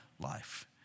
life